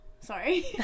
Sorry